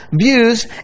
views